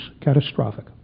Catastrophic